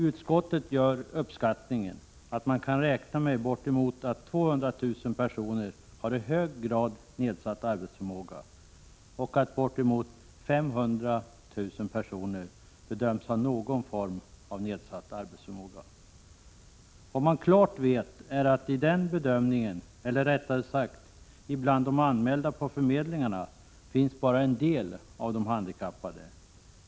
Utskottsmajoriteten uppskattar att bortemot 200 000 personer har en kraftigt nedsatt arbetsförmåga och att uppemot 500 000 personer har någon form av nedsatt arbetsförmåga. Vad man klart vet är att i den bedömningen — eller rättare sagt bland de anmälda på arbetsförmedlingarna — innefattas bara en del av de handikappade.